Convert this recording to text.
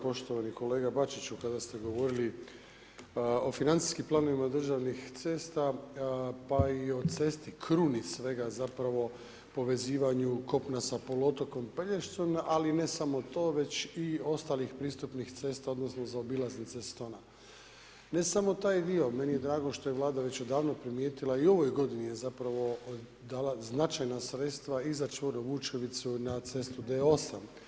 Poštovani kolega Bačiću, kada ste govorili o financijskim planovima državnih cesta pa i o cesti kruni svega zapravo povezivanju kopna sa poluotokom Pelješcem, ali ne samo to već i ostalih pristupnih cesta, odnosno zaobilaznim ... Ne samo taj dio, meni je drago što je Vlada već odavno primijetila i u ovoj godini je zapravo dala značajna sredstva i za čvor Vučevicu, na cestu D8.